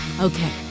Okay